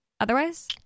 otherwise